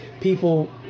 people